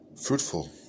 fruitful